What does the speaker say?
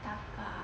taka